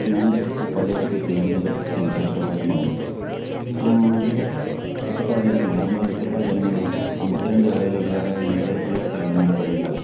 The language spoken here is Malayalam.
ഞാൻ ആ പള്ളിയോടത്തിൽ കയറുന്നൊരു വ്യക്തിയാണ് ചെറുപ്പകാലം മുതൽ എന്നാ വച്ചാൽ ഉത്രട്ടാതി ജലമേളയില്ലേ ആറന്മുളയിൽ ഉത്രട്ടാതി ജലമേളയിൽ അമ്പത്തിരണ്ട് കരയിൽ ഒരുകര മേലുകര പള്ളിയോടത്തിലാണ് ഞാൻ തുഴയുന്നത്